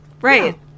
Right